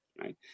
right